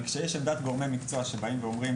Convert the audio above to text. אבל כשיש עמדת גורמי מקצוע שבאים ואומרים